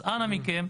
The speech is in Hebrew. אנא מכם,